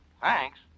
Thanks